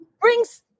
brings